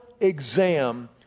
exam